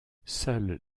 seule